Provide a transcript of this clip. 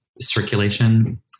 circulation